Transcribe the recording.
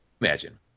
Imagine